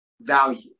value